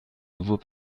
nouveaux